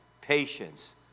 patience